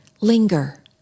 Linger